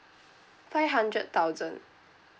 five hundred thousand